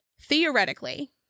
theoretically